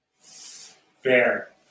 Fair